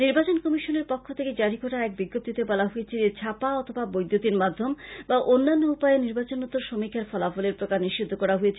নির্বাচন কমিশনের পক্ষ থেকে জারি করা এক বিজ্ঞপ্তীতে বলা হয়েছে যে ছাপা অথবা বৈদুতিন মাধ্যম বা অন্যান্য উপায়ে নির্বচনোত্তর সমীক্ষার ফলাফলের প্রকাশ নিষিদ্ধ করা হয়েছে